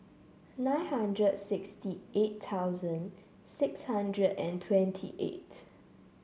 nine hundred sixty eight thousand six hundred and twenty eight